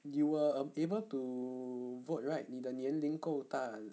you were able to vote right 你的年龄够大